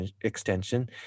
extension